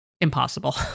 impossible